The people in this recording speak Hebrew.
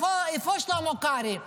איפה שלמה קרעי?